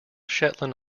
shetland